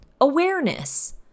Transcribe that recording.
Awareness